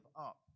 up